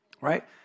right